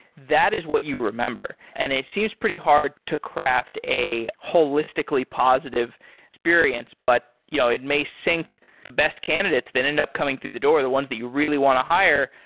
that is what you remember. and it seems pretty hard to craft a holistically positive experience, but you know it sync the best candidates that end up coming through the door, the ones that you really want to hire.